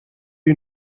you